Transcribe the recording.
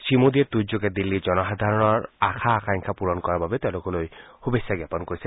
শ্ৰীমোদীয়ে টুইটযোগে দিল্লীৰ জনসাধাৰণৰ আশা আকাংক্ষা পূৰণ কৰাৰ বাবে তেওঁলোকলৈ শুভেচ্ছা জ্ঞাপন কৰিছে